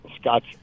Scott's